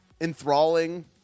enthralling